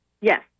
Yes